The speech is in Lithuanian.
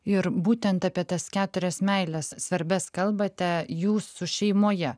ir būtent apie tas keturias meiles svarbias kalbate jūsų šeimoje